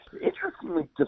Interestingly